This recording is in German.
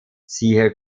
siehe